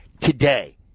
Today